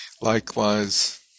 Likewise